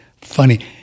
funny